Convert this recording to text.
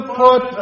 put